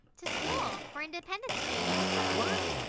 to school for independence training! what?